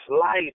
life